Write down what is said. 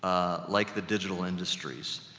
like the digital industries.